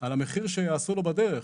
על המחיר שיעשו לו בדרך.